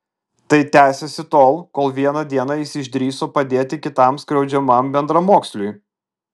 tai tęsėsi tol kol vieną dieną jis išdrįso padėti kitam skriaudžiamam bendramoksliui